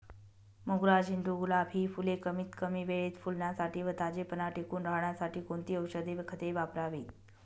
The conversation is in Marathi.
मोगरा, झेंडू, गुलाब हि फूले कमीत कमी वेळेत फुलण्यासाठी व ताजेपणा टिकून राहण्यासाठी कोणती औषधे व खते वापरावीत?